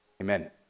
amen